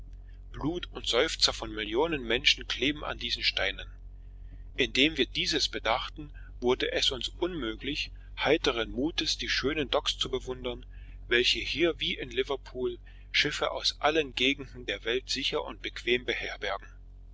blut und seufzer von millionen menschen kleben an diesen steinen indem wir dieses bedachten wurde es uns unmöglich heiteren mutes die schönen docks zu bewundern welche hier wie in liverpool schiffe aus allen gegenden der welt sicher und bequem beherbergen